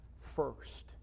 first